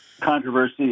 controversy